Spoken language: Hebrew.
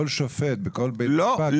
כל שופט בכל בית משפט --- לא.